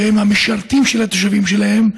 שהם המשרתים של התושבים שלהם,